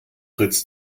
frites